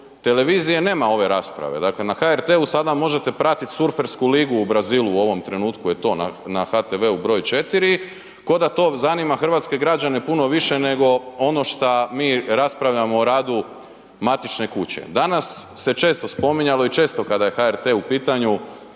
televizije nema ove rasprave. Dakle, na HRT-u sada možete pratiti surfersku ligu u Brazilu u ovom trenutku je to na HTV-u broj 4, ko da to zanima hrvatske građane puno više nego ono šta mi raspravljamo o radu matične kuće. Danas se često spominjalo i često kada je HRT u pitanju,